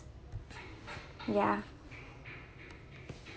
ya